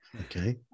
okay